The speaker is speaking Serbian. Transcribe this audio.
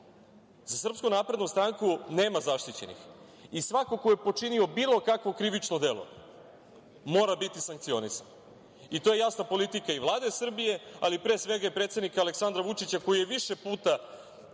Srpsku naprednu stranku nema zaštićenih i svako ko je počinio bilo kakvo krivično delo mora biti sankcionisan. To je jasna politika i Vlade Srbije, ali pre svega i predsednika Aleksandra Vučića, koji je više puta